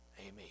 amen